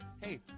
hey